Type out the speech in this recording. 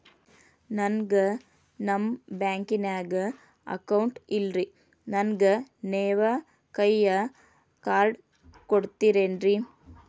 ನನ್ಗ ನಮ್ ಬ್ಯಾಂಕಿನ್ಯಾಗ ಅಕೌಂಟ್ ಇಲ್ರಿ, ನನ್ಗೆ ನೇವ್ ಕೈಯ ಕಾರ್ಡ್ ಕೊಡ್ತಿರೇನ್ರಿ?